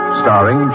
starring